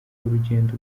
urugendo